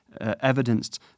evidenced